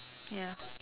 ya